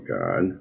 god